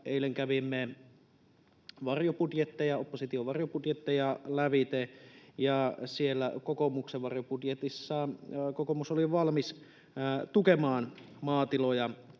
Eilen kävimme opposition varjobudjetteja lävitse, ja kokoomuksen varjobudjetissa kokoomus oli jo valmis tukemaan maatiloja